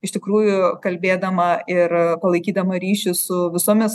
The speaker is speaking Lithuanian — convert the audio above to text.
iš tikrųjų kalbėdama ir palaikydama ryšį su visomis